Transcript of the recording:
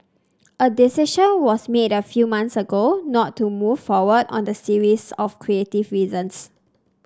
a decision was made a few months ago not to move forward on the series of creative reasons